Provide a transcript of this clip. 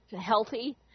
healthy